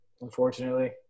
unfortunately